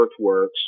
earthworks